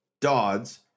Dodds